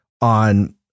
on